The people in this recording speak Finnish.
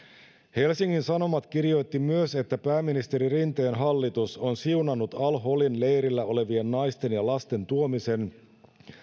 helsingin sanomat kirjoitti myös että pääministeri rinteen hallitus on siunannut al holin leirillä olevien naisten ja lasten tuomisen